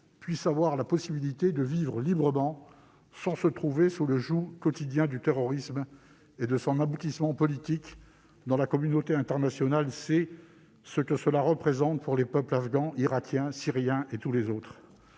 aient la possibilité de vivre librement, sans être maintenus sous le joug quotidien du terrorisme et de son aboutissement politique, dont la communauté internationale sait ce qu'il représente pour les peuples afghan, irakien, syrien et tous les autres.